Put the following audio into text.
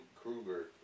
Krueger